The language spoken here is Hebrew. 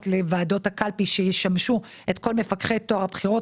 לוועדות הקלפי שישמשו את כל מפקחי טוהר הבחירות.